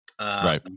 Right